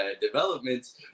developments